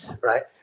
Right